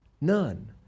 None